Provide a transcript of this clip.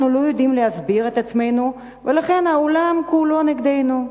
אנחנו לא יודעים להסביר את עצמנו ולכן העולם כולו נגדנו.